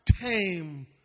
tame